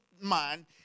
mind